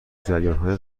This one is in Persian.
جریانهای